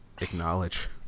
acknowledge